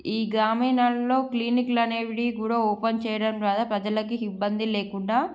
ఈ గ్రామీణాల్లో క్లినిక్లు అనేవి కూడా ఓపెన్ చేయడం ద్వారా ప్రజలకి ఇబ్బంది లేకుండా